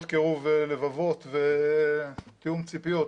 אמרת קירוב לבבות ותיאום ציפיות,